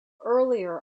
earlier